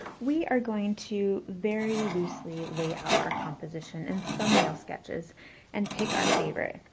we are going to very loosely lay out our composition in thumbnail sketches and pick our favorite.